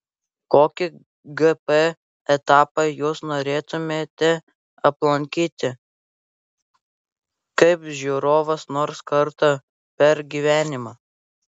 kokį gp etapą jūs norėtumėte aplankyti kaip žiūrovas nors kartą per gyvenimą